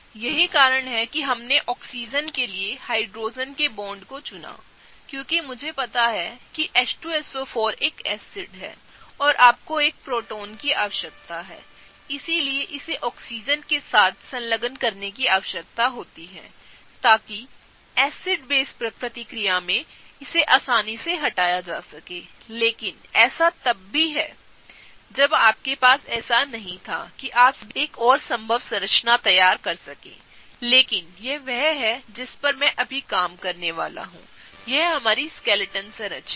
यही कारण है कि हमने ऑक्सीजन के लिए हाइड्रोजन के बॉन्ड को चुना क्योंकि मुझे पता है कि H2SO4एक एसिड है और आपको एक प्रोटॉन की आवश्यकता हैइसलिए इसे ऑक्सीजन के साथ संलग्न करने की आवश्यकता होती है ताकि एसिड बेस प्रतिक्रिया में इसे आसानी से हटाया जा सके लेकिन ऐसा तब भी है जब आपके पास ऐसा नहीं था कि आप अभी भी एक और संभव संरचना तैयार कर सकेंलेकिन यह वह है जिस पर मैं अभी काम करने वाला हूंयह हमारी स्केलेटन संरचना है